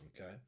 Okay